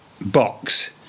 box